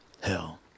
Hell